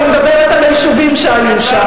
אני מדברת על היישובים שהיו שם.